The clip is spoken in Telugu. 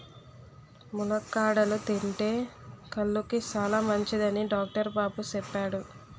ములక్కాడలు తింతే కళ్ళుకి సాలమంచిదని డాక్టరు బాబు సెప్పాడు